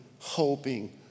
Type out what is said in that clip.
hoping